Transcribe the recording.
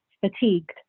fatigued